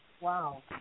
Wow